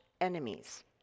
enemies